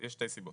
יש שתי סיבות.